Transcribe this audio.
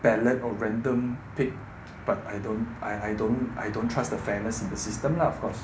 ballot or random pick but I don't I don't I don't trust the fairness in the system lah of course